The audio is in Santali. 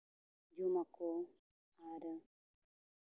ᱡᱚᱢᱟ ᱠᱚ ᱟᱨ